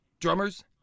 drummers